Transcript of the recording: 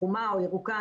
חומה או ירוקה,